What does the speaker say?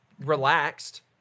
relaxed